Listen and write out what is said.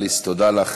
אליס, תודה לך